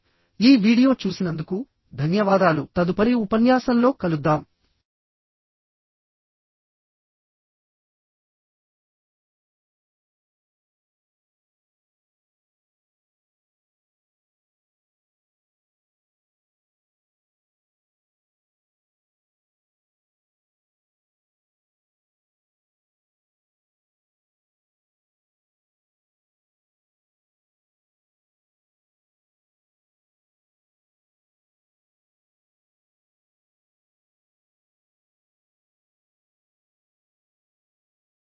ఈ వీడియో చూసినందుకు ధన్యవాదాలు తదుపరి ఉపన్యాసంలో కలుద్దాం